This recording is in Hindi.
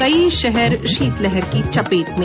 कई शहर शीतलहर की चपेट में